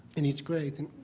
and it's great. and